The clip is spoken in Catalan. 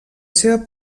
seva